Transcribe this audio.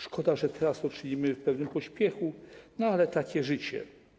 Szkoda, że teraz to czynimy w pewnym pośpiechu, ale takie jest życie.